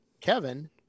kevin